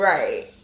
Right